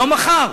לא מחר.